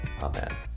Amen